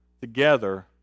together